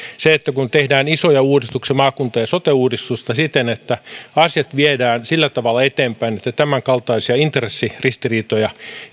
että kun tehdään isoja uudistuksia maakunta ja sote uudistusta niin asiat viedään sillä tavalla eteenpäin että tämänkaltaisia intressiristiriitoja